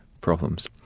problems